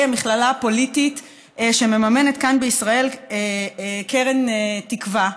מכללה פוליטית שמממנת כאן בישראל קרן תקווה.